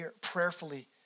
prayerfully